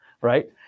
Right